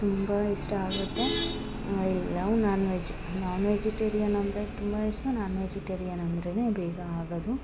ತುಂಬಾ ಇಷ್ಟ ಆಗುತ್ತೆ I love non veg non vegetarian ಅಂದರೆ ತುಂಬ ಇಷ್ಟ ನಾನ್ ವೆಜಿಟೇರಿಯನ್ ಅಂದರೇನೆ ಬೇಗ ಆಗದು